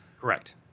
correct